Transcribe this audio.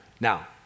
Now